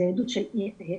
זה עדות של אם.